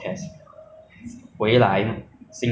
才如果你去别的国家回你的国家的话